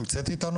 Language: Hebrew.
היא נמצאת איתנו